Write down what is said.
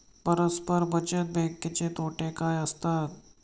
परस्पर बचत बँकेचे तोटे काय असतात?